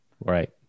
Right